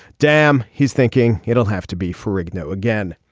damn he's thinking it'll have to be ferrigno again.